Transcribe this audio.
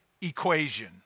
Equation